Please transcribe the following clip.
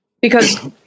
Because-